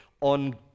on